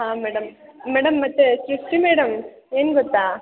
ಹಾಂ madam madam ಮತ್ತು madam ಏನು ಗೊತ್ತಾ